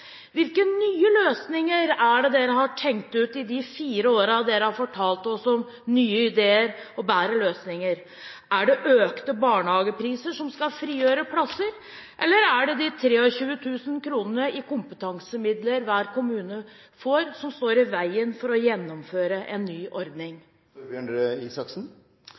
Hvilke nye løsninger er det man har tenkt ut, i de fire årene man har fortalt oss om nye ideer og bedre løsninger? Er det økte barnehagepriser som skal frigjøre plasser, eller er det 23 000 kr i kompetansemidler hver kommune får, som står i veien for å gjennomføre en ny ordning.